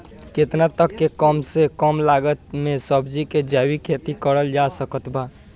केतना तक के कम से कम लागत मे सब्जी के जैविक खेती करल जा सकत बा?